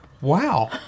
Wow